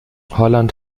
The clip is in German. holland